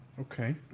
Okay